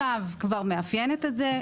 מס"ב כבר מאפיינת את זה.